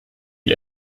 est